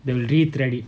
they'll re-thread it